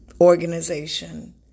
organization